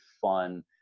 fun